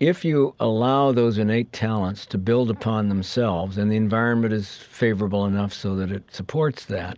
if you allow those innate talents to build upon themselves and the environment is favorable enough so that it supports that,